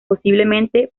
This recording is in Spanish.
posiblemente